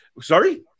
sorry